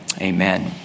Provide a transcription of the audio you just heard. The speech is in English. Amen